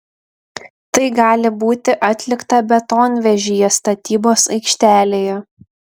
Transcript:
tai gali būti atlikta betonvežyje statybos aikštelėje